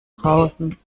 draußen